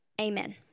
Amen